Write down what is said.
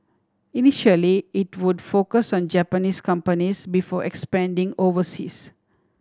initially it would focus on Japanese companies before expanding overseas